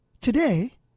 Today